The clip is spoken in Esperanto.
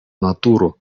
naturo